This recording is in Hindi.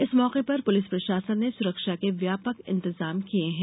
इस मौके पर पुलिस प्रशासन ने सुरक्षा के व्यापक इंतजाम किये है